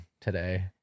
today